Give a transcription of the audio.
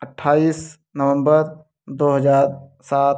अट्ठाइस नवम्बर दो हज़ार सात